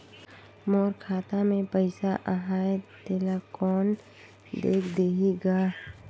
मोर खाता मे पइसा आहाय तेला कोन देख देही गा?